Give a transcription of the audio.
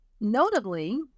notably